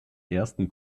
ersten